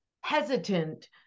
hesitant